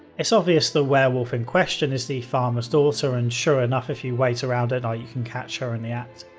it's obvious the werewolf in question is the farmer's daughter and sure enough, if you wait around at night you can catch her in the act.